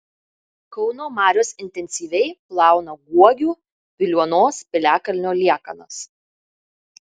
kauno marios intensyviai plauna guogių piliuonos piliakalnio liekanas